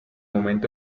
momento